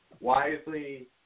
wisely